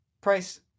price